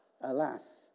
alas